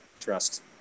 trust